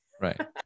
right